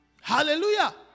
hallelujah